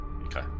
Okay